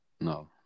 No